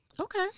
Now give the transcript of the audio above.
okay